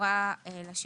קשורה לשירות.